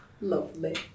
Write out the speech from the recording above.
Lovely